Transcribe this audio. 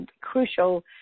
crucial